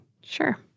Sure